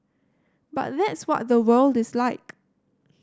but that's what the world is like